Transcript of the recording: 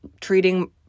treating